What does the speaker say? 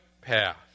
path